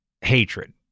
hatred